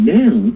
now